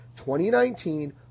2019